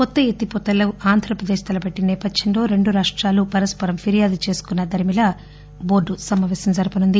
కొత్త ఎత్తిపోతలను ఆంధ్రప్రదేశ్ తలపెట్టిన నేపథ్యంలో రెండు రాష్టాలు పరస్సరం ఫిర్యాదు చేసుకున్న దరిమిలా బోర్గు సమాపేశం జరపనుంది